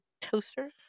toaster